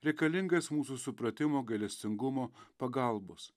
reikalingas mūsų supratimo gailestingumo pagalbos